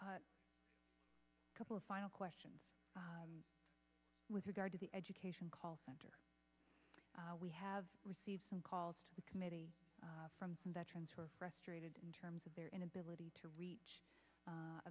a couple of final question with regard to the education call center we have received some calls to the committee from veterans who are frustrated in terms of their inability to reach a